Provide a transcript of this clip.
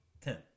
Ten